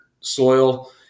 soil